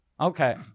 Okay